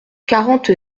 quarante